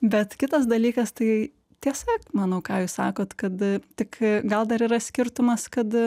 bet kitas dalykas tai tiesa manau ką jūs sakot kad tik gal dar yra skirtumas kad